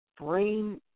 brain